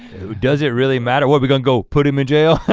does it really matter? what we gonna go put him in jail?